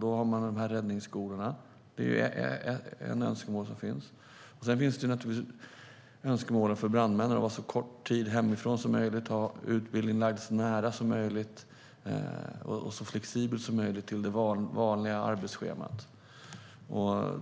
Då har man de här räddningsskolorna. Sedan finns det önskemål från brandmännen om att vara så kort tid hemifrån som möjligt och ha utbildningen så nära som möjligt och så flexibelt som möjligt i förhållande till det vanliga arbetsschemat.